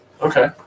okay